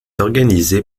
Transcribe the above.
organisé